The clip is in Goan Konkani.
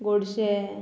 गोडशे